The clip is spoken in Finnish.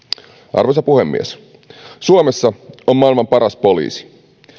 arvoisa puhemies suomessa on maailman paras poliisi